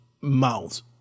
mouth